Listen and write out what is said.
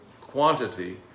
quantity